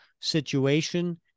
situation